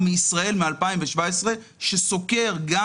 לפני שבוע פנינו ללמ"ס ונפגשנו עם שלושה אנשי מקצוע